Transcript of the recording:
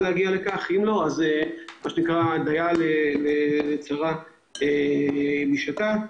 ואם לא דייה לצרה בשעתה.